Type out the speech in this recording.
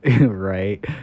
right